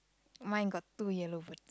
mine got two yellow birds